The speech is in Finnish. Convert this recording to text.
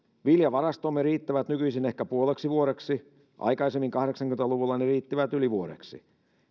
viljavarastomme riittävät nykyisin ehkä puoleksi vuodeksi aikaisemmin kahdeksankymmentä luvulla ne riittivät yli vuodeksi